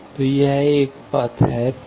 तो यह एक और पथ है P2